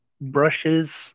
brushes